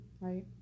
right